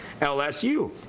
LSU